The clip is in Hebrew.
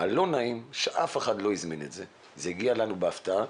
הלא נעים שאף אחד לא הזמין אותו והגיע אלינו בהפתעה.